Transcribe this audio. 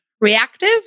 reactive